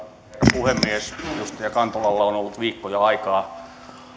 puhemies edustaja kantolalla on ollut viikkoja aikaa